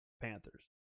Panthers